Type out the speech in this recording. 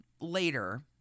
later